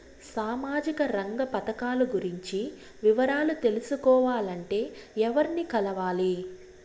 సామాజిక రంగ పథకాలు గురించి వివరాలు తెలుసుకోవాలంటే ఎవర్ని కలవాలి?